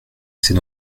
c’est